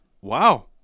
wow